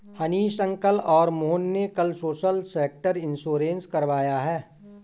Hanish uncle और मोहन ने कल सोशल सेक्टर इंश्योरेंस करवाया है